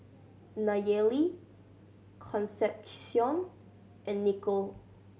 Nayely Concepcion and Nikko